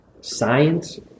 science